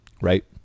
right